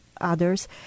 others